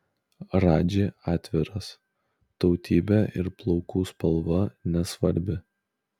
radži atviras tautybė ir plaukų spalva nesvarbi